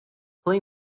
play